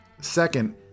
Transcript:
Second